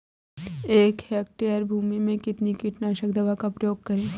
एक हेक्टेयर भूमि में कितनी कीटनाशक दवा का प्रयोग करें?